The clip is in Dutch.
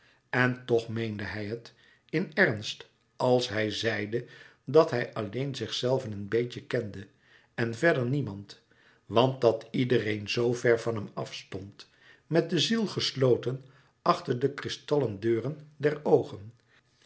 en toch meende hij het in louis couperus metamorfoze ernst als hij zeide dat hij alleen zichzelven een beetje kende en verder niemand want dat iedereen zoo ver van hem afstond met de ziel gesloten achter de kristallen deuren der oogen